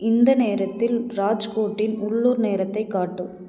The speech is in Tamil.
இந்த நேரத்தில் ராஜ்கோட்டின் உள்ளூர் நேரத்தைக் காட்டு